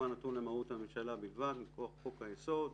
נתון למרות הממשלה בלבד מכוח חוק היסוד.